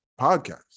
podcast